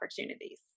opportunities